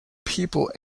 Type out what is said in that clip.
people